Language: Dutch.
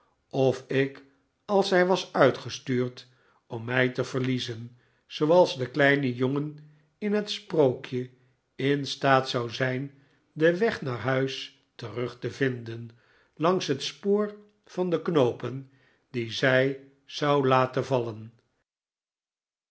of ik als zij was uitgestuurd om mij te verliezen zooals de kleine jongen in het sprookje in staat zou zijn den weg naar huis terug te vinden langs het spoor van de knoopen die zij zou laten vallen